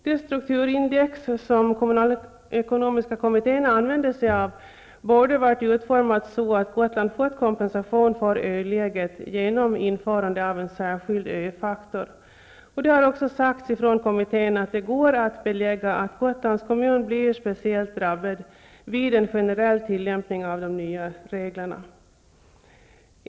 Det strukturindex som kommittén använde sig av borde ha varit utformat så att Gotland fått kompensation för ö-läget genom införande av en särskild ö-faktor. Det har också sagts från kommittén att det går att belägga att Gotlands kommun blir speciellt drabbad vid en generell tillämpning av de nya reglerna.